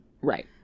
right